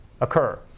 occur